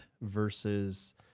versus